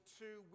two